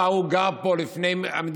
לא אם ההוא גר פה לפני המדינה,